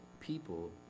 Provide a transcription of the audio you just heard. people